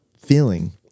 feeling